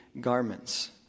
garments